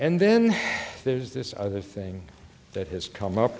and then there's this other thing that has come up